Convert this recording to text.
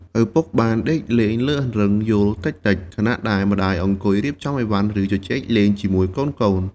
ឪពុកបានដេកលេងលើអង្រឹងយោលតិចៗ ខណៈដែលម្តាយអង្គុយរៀបចំអីវ៉ាន់ ឬជជែកលេងជាមួយកូនៗ។